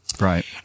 Right